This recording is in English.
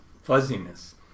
fuzziness